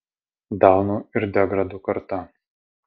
daunų ir degradų karta